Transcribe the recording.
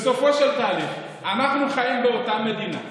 בסופו של תהליך אנחנו חיים באותה מדינה,